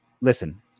listen